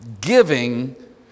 Giving